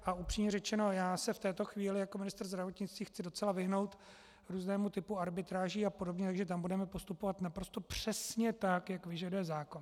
A upřímně řečeno, já se v této chvíli jako ministr zdravotnictví chci docela vyhnout různému typu arbitráží apod., takže tam budeme postupovat naprosto přesně tak, jak vyžaduje zákon.